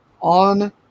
on